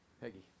Peggy